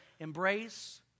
embrace